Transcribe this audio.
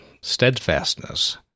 steadfastness